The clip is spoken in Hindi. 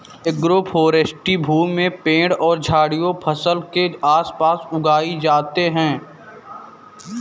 एग्रोफ़ोरेस्टी भूमि में पेड़ और झाड़ियाँ फसल के आस पास उगाई जाते है